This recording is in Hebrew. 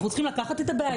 אנחנו צריכים לקחת את הבעיה,